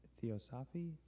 Theosophy